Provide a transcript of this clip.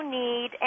need